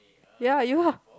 ya you ah